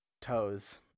toes